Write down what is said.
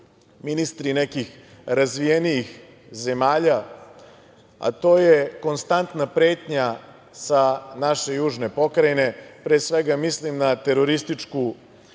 ministri nekih razvijenijih zemalja, a to je konstantna pretnja sa naše južne pokrajine, pre svega mislim na terorističku